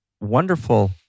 wonderful